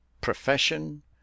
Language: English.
profession